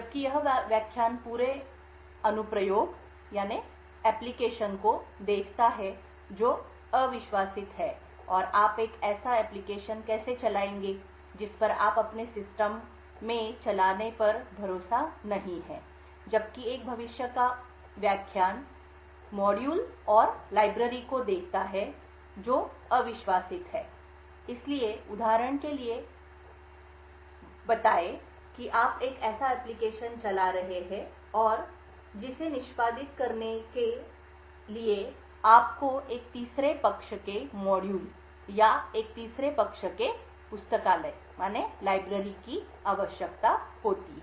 जबकि यह व्याख्यान पूरे अनुप्रयोग को देखता है जो अविश्वासित है और आप एक ऐसा एप्लिकेशन कैसे चलाएंगे जिस पर आप अपने सिस्टम अपने सिस्टम में चलाने पर भरोसा नहीं है जबकि एक भविष्य का व्याख्यान मॉड्यूल और पुस्तकालयों लाइब्रेरी को देखता है जो अविश्वासित हैं इसलिए उदाहरण के लिए हमें बताएं कि आप एक ऐसा एप्लीकेशन चला रहे हैं और जिसे निष्पादित करने के आप को एक तीसरे पक्ष के मॉड्यूल या एक तीसरे पक्ष के पुस्तकालय की आवश्यकता होती है